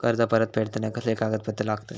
कर्ज परत फेडताना कसले कागदपत्र लागतत?